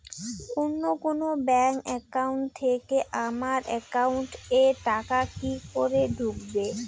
অন্য কোনো bank account থেকে আমার একাউন্ট এ টাকা কি করে ঢুকবে?